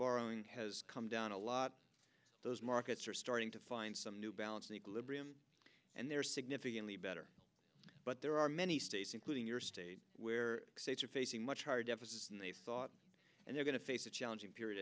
borrowing has come down a lot those markets are starting to find some new balance in equilibrium and they're significantly better but there are many states including your state where states are facing much higher deficits and they thought and they're going to face a challenging period